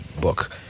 book